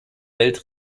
welt